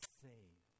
save